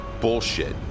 Bullshit